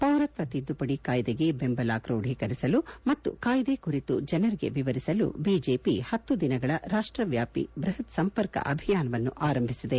ಪೌರತ್ವ ತಿದ್ದುಪಡಿ ಕಾಯಿದೆಗೆ ದೆಂಬಲ ಕ್ರೋಡೀಕರಿಸಲು ಮತ್ತು ಕಾಯ್ದೆಯ ಕುರಿತು ಜನರಿಗೆ ವಿವರಿಸಲು ಬಿಜೆಪಿ ಹತ್ತು ದಿನಗಳ ರಾಷ್ಟವ್ಯಾಪ್ತಿ ಬ್ಬಹತ್ ಸಂಪರ್ಕ ಅಭಿಯಾನವನ್ನು ಆರಂಭಿಸಿದೆ